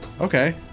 Okay